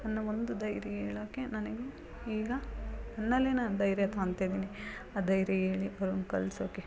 ಅನ್ನೋ ಒಂದು ಧೈರ್ಯ ಹೇಳಕ್ಕೆ ನನಗೆ ಈಗ ನನ್ನಲ್ಲೇ ನಾನು ಧೈರ್ಯ ತೊಂತಿದೀನಿ ಆ ಧೈರ್ಯ ಹೇಳಿ ಅವ್ರನ್ನು ಕಳಿಸೋಕ್ಕೆ